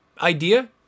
idea